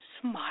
smile